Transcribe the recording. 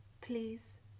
please